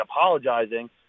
apologizing